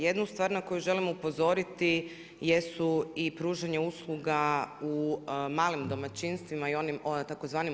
Jednu stvar na koju želim upozoriti jesu i pružanje usluga u malim domaćinstvima i onim tvz.